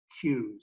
cues